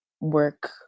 work